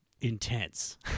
intense